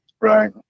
Right